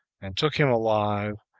and took him alive,